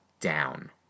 down